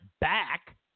back